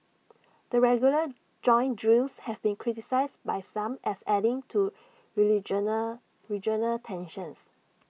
the regular joint drills have been criticised by some as adding to regional tensions